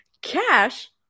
Cash